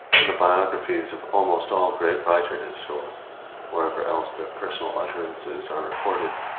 in the biographies of almost all great writers, or wherever else their personal utterances are recorded,